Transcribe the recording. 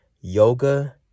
yoga